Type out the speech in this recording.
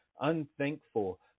unthankful